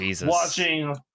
watching